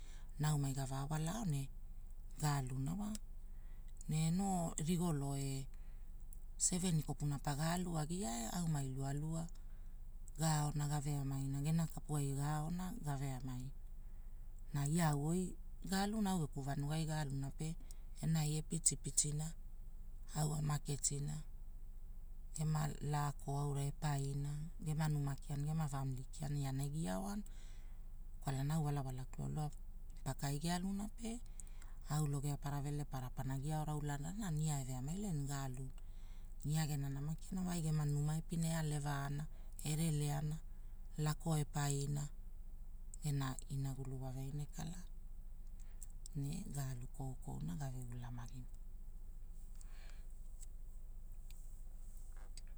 Naumai gavaa walaao ne, galuna wa, ne noo rigolo e, ceveni kopuna paga aluagia aumai lualua. Gaona gave amina, gena kapurai gaona gave amaira, na ia au goi galuna au geku vanugai galuna pe enai apitipitina, au amaketina gema lako aura epaina, gema numa kiana gema famili kiana iana egia aoana. Kwalana au wala wala wa paka ai gealuna pe, au logeapara vele pana giaaoria ulanana ne ia eve maele nugaalu. Ia gena nama kiana ai game numa epina ealevaana, ereleana, laako epaina. Gena inagulu wave aina kala. Ne galu koukouna gave ulamagina.